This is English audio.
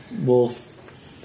wolf